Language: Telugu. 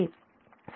u